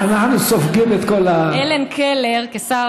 אנחנו שני